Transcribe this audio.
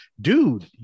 dude